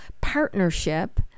partnership